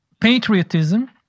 patriotism